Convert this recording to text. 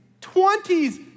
twenties